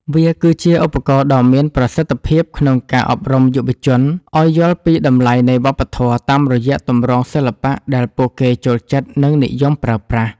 វាគឺជាឧបករណ៍ដ៏មានប្រសិទ្ធភាពក្នុងការអប់រំយុវជនឱ្យយល់ពីតម្លៃនៃវប្បធម៌ តាមរយៈទម្រង់សិល្បៈដែលពួកគេចូលចិត្ត និងនិយមប្រើប្រាស់។